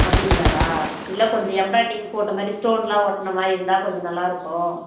அப்படிங்களாக்கா இல்லை கொஞ்சம் எம்ப்ராய்டிங் போடுற மாதிரி ஸ்டோன்லாம் ஒட்டின மாதிரி இருந்தால் கொஞ்சம் நல்லா இருக்கும்